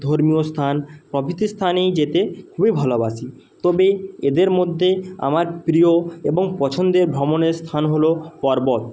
ধর্মীয় স্থান প্রভৃতি স্থানেই যেতে খুবই ভালোবাসি তবে এদের মধ্যে আমার প্রিয় এবং পছন্দের ভ্রমণের স্থান হল পর্বত